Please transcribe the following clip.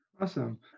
awesome